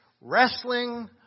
wrestling